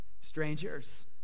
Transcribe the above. strangers